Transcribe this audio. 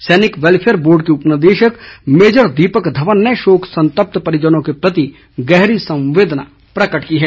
सैनिक welfare board के उपनिदेशक मेजर दीपक धवन ने शोक संत्पत परिजनों के प्रति गहरी संवेदना प्रकट की है